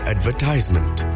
Advertisement